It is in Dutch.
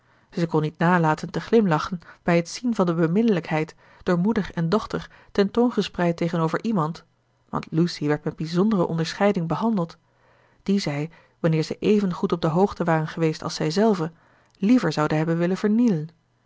zij kon niet nalaten te glimlachen bij het zien van de beminnelijkheid door moeder en dochter ten toon gespreid tegenover iemand want lucy werd met bijzondere onderscheiding behandeld die zij wanneer ze evengoed op de hoogte waren geweest als zijzelve liever zouden hebben willen vernielen